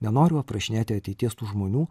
nenoriu aprašinėti ateities tų žmonių